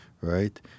Right